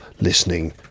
listening